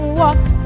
walk